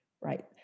right